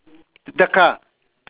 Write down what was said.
the car